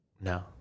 No